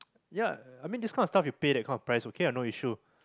yeah I mean this kind of stuff you pay that kind of price okay ah no issue